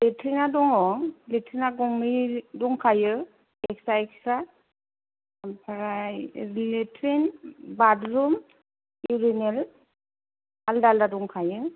लेट्रिना दङ लेट्रिना गंनै दंखायो एक्सट्रा एक्सट्रा आमफ्राय लेट्रिन बाटरुम युरिनेल आलदा आलदा दंखायो